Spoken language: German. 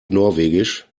norwegisch